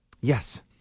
Yes